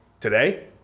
Today